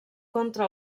contra